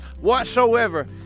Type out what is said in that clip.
whatsoever